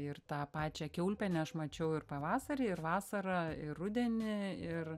ir tą pačią kiaulpienę aš mačiau ir pavasarį ir vasarą ir rudenį ir